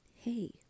Hey